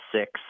six